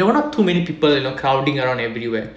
were not too many people you know crowding around everywhere